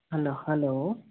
hello hello